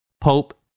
Pope